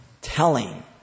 telling